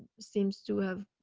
seems to have